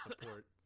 support